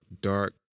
dark